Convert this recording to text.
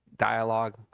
Dialogue